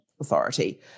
authority